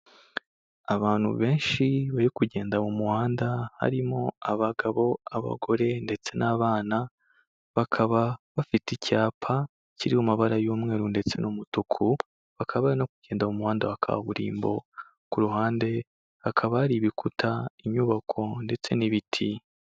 Abantu benshi bari kugenda mu muhanda, harimo abagabo, abagore ndetse n'abana, bakaba bafite icyapa kiri mu mabara y'umweru ndetse n'umutuku, bakaba bari no kugenda mu muhanda wa kaburimbo, ku ruhande hakaba hari ibikuta inyubako ndetse n'ibiti.